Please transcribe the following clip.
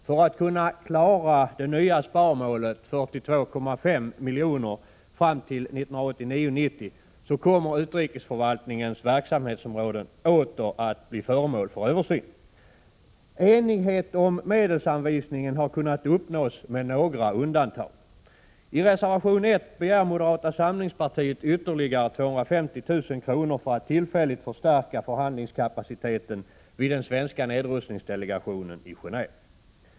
För att det nya sparmålet på 42,5 miljoner fram till 1989/90 skall kunna klaras kommer utrikesförvaltningens verksamhetsområden åter att bli föremål för översyn. Enighet om medelsanvisningen har kunnat uppnås med några undantag. I reservation 1 begär moderata samlingspartiet ytterligare 250 000 kr. för att tillfälligt förstärka förhandlingskapaciteten vid den svenska nedrustningsdelegationen i Genåve.